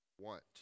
want